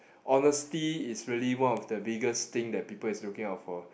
honesty it's really one of the biggest thing that people is looking out for